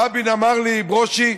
רבין אמר לי: ברושי,